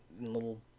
little